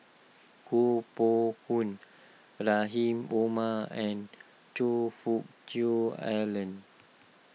Koh Poh Koon Rahim Omar and Choe Fook Cheong Alan